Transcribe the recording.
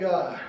God